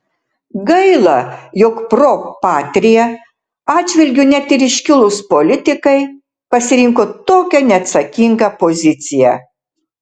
gaila jog pro patria atžvilgiu net ir iškilūs politikai pasirinko tokią neatsakingą poziciją